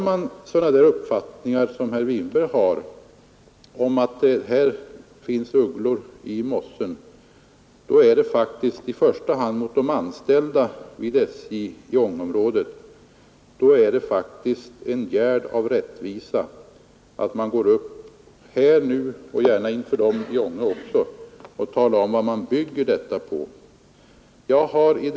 Med sådana uppfattningar som herr Winberg har om att det finns ugglor i mossen här är det faktiskt i första hand mot de anställda vid SJ i AÄngeområdet en gärd av rättvisa att gå upp här i talarstolen — och gärna även i Ange — och tala om vad man bygger dessa uppfattningar på.